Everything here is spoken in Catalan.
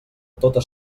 tota